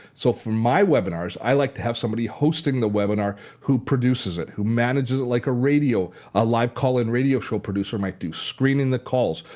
so for my webinars, i like to have somebody hosting the webinar who produces it, who manages it like ah a ah live call and radio show producer might do, screening the calls,